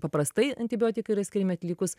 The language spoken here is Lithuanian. paprastai antibiotikai yra skiriami atlikus